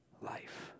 life